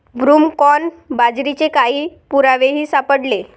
broomcorn बाजरीचे काही पुरावेही सापडले